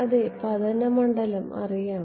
അതെ പതന മണ്ഡലം അറിയാം